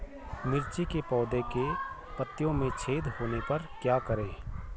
मिर्ची के पौधों के पत्तियों में छेद होने पर क्या करें?